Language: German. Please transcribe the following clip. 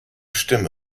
stimme